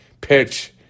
pitch